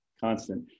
Constant